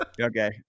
okay